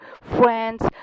friends